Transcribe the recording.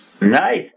Nice